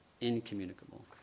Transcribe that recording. incommunicable